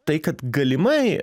tai kad galimai